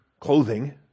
clothing